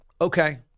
Okay